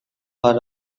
are